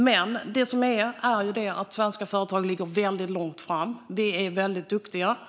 Men svenska företag ligger långt framme. Vi är väldigt duktiga.